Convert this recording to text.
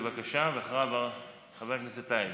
בבקשה, ואחריו, חבר הכנסת טייב.